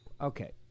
okay